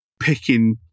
picking